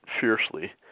fiercely